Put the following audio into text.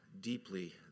deeply